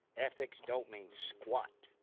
ethics don't mean squat.